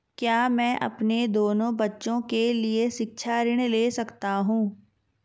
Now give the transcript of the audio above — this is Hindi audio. क्या मैं अपने दोनों बच्चों के लिए शिक्षा ऋण ले सकता हूँ?